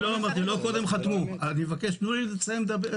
לא קודם חתמו, אני מבקש לסיים לדבר.